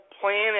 Planet